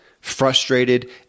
frustrated